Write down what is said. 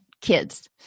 kids